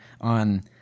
on